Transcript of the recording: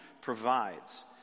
provides